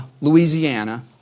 Louisiana